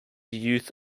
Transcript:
youth